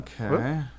Okay